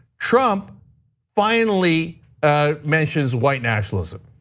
trump finally ah mentions white nationalism.